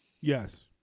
yes